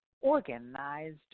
organized